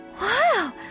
Wow